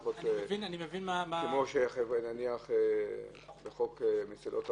כמו נניח בחוק מסילות הברזל,